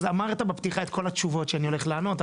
אז אמרת בפתיחה את כל התשובות שאני הולך לענות,